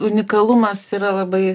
unikalumas yra labai